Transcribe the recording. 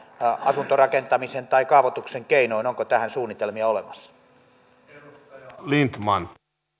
asuntorakentamisen tai kaavoituksen keinoin onko tähän suunnitelmia olemassa